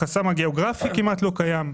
החסם הגאוגרפי כמעט לא קיים,